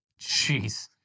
Jeez